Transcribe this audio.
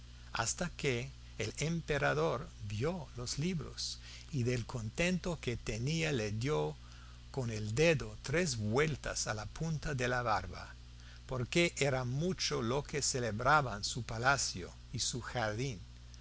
hasta que el emperador vio los libros y del contento que tenía le dio con el dedo tres vueltas a la punta de la barba porque era mucho lo que celebraban su palacio y su jardín